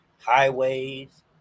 highways